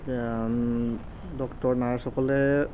doctor নাৰ্ছসকলে